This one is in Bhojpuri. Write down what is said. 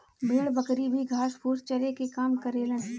भेड़ बकरी भी घास फूस के चरे में काम करेलन